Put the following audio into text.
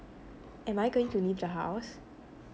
am I going to leave the house